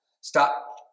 stop